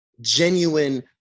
genuine